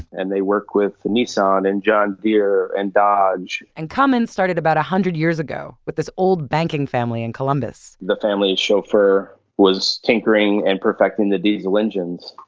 and they work with nissan and john deere and dodge. and cummins started about one hundred years ago with this old banking family in columbus. the family chauffeur was tinkering and perfecting the diesel engines.